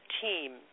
team